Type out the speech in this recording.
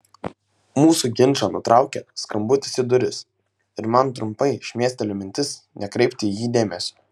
mūsų ginčą nutraukia skambutis į duris ir man trumpai šmėsteli mintis nekreipti į jį dėmesio